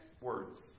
words